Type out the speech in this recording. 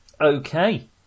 Okay